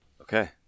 okay